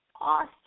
awesome